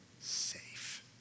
safe